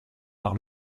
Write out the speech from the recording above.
par